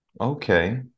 Okay